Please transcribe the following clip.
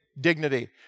dignity